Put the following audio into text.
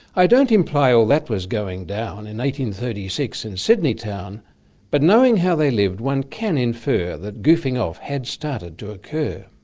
i don't imply all that was going down in eighteen thirty six in sydney town but, knowing how they lived, one can infer that goofing off had started to occur.